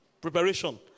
preparation